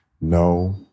No